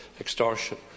extortion